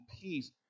peace